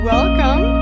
Welcome